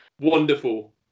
wonderful